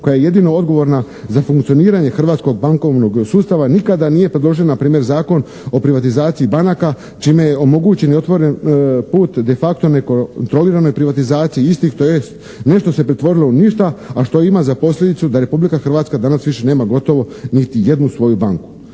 koja je jedino odgovorna za funkcioniranje hrvatskog bankovnog sustava nikada nije predložila na primjer Zakon o privatizaciji banaka čime je omogućen i otvoren put de facto nekontroliranoj privatizaciji istih tj. nešto se pretvorilo u ništa a što ima za posljedicu da Republika Hrvatska danas više nema gotovo niti jednu svoju banku.